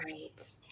Right